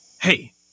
Hey